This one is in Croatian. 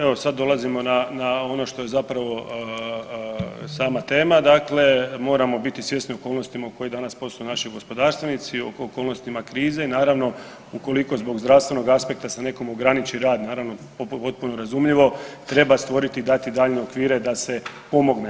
Evo, sad dolazimo na ono što je zapravo sama tema, dakle moramo biti svjesni okolnosti u kojima danas posluju naši gospodarstvenici, oko okolnostima krize, naravno, ukoliko zbog zdravstvenog aspekta se nekome ograniči rad, to je potpuno razumljivo, treba stvoriti i dati daljnje okvire da se pomogne.